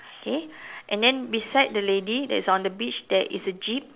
okay and then beside the lady that is on the beach there is a jeep